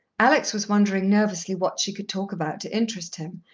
alex was wondering nervously what she could talk about to interest him,